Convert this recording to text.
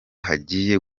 hagiye